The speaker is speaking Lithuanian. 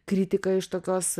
kritika iš tokios